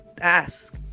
ask